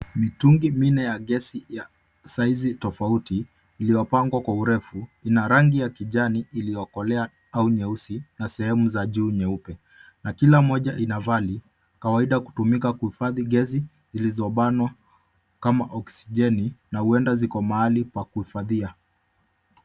Mitungi minne ya gesi ya saizi tofauti iliyopangwa kwa urefu ina rangi ya kijani iliyokolea au nyeusi na sehemu za juu nyeupe na kila moja ina vali kawaida kutumika kuhifadhi gesi zilizobanwa kama oksijeni na huenda ziko mahali pa kuhifadhia.